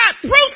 proof